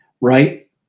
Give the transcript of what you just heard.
right